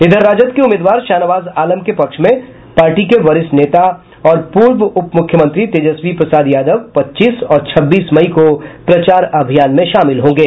इधर राजद के उम्मीदवार शाहनवाज आलम के पक्ष में पार्टी के वरिष्ठ नेता और पूर्व उपमुख्यमंत्री तेजस्वी प्रसाद यादव पच्चीस और छब्बीस मई को प्रचार अभियान में शामिल होंगे